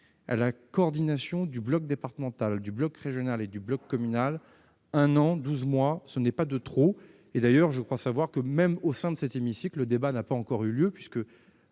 à la coordination du bloc départemental, du bloc régional et du bloc communal, ce n'est pas trop. Je crois d'ailleurs savoir que, même au sein de cet hémicycle, le débat n'a pas encore eu lieu, puisque